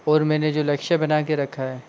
और मैंने जो लक्ष्य बना के रखा है